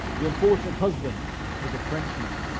the unfortunate husband was a frenchman,